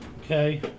okay